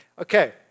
Okay